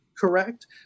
correct